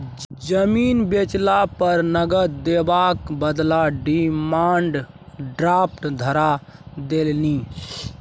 जमीन बेचला पर नगद देबाक बदला डिमांड ड्राफ्ट धरा देलनि